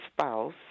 spouse